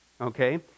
Okay